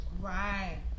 Right